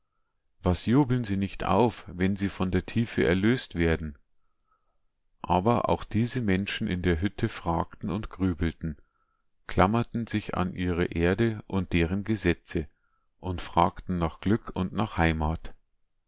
was jubeln sie nicht auf wenn sie von der tiefe erlöst werden aber auch diese menschen in der hütte fragten und grübelten klammerten sich an ihre erde und deren gesetze und fragten nach glück und nach heimat